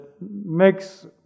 makes